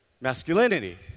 masculinity